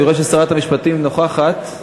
אני רואה ששרת המשפטים נוכחת.